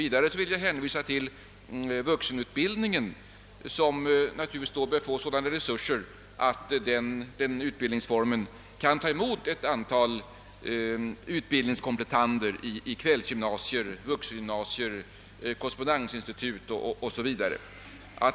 Vidare vill jag hänvisa till vuxenutbildningen som naturligtvis bör få sådana resurser att där kan tas emot ett antal utbildningskomplettander i kvällsgymnasier, vuxengymnasier, korrespondensinstitut m.m.